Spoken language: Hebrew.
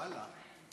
ואללה?